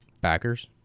backers